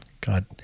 God